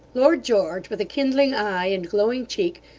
lord george, with a kindling eye and glowing cheek,